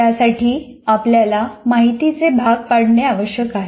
त्यासाठी आपल्याला माहितीचे भाग पाडणे आवश्यक आहे